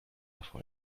erfolg